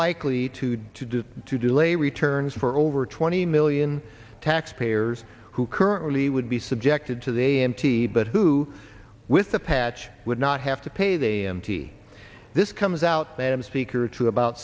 likely to do to delay returns for over twenty million taxpayers who currently would be subjected to the a m t but who with the patch would not have to pay the mt this comes out that i'm speaker to about